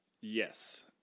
Yes